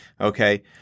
Okay